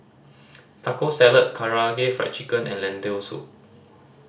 Taco Salad Karaage Fried Chicken and Lentil Soup